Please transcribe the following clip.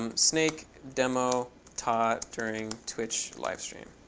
um snake demo talk during twitch livestream.